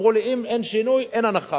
אמרו לי: אם אין שינוי, אין הנחה.